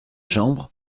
chambre